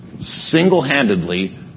single-handedly